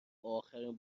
اخرین